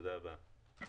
תודה רבה.